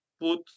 put